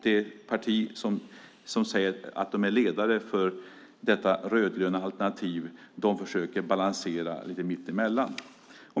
Det parti som säger att de är ledare för detta rödgröna alternativ försöker att balansera lite mitt emellan.